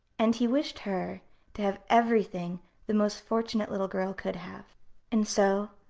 and he wished her to have everything the most fortunate little girl could have and so,